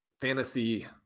fantasy